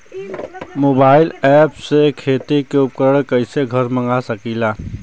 Mobile ऐपसे खेती के उपकरण कइसे घर मगा सकीला?